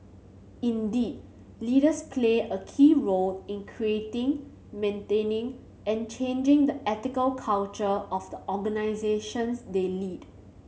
indeed leaders play a key role in creating maintaining and changing the ethical culture of the organisations they lead